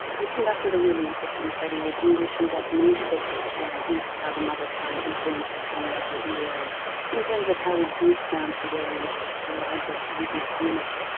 you conducted a really interesting study with english and japanese speakers and into how the mother tongue influences the musical ear, and in terms of how we group sounds together into larger rhythmic units.